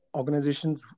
organizations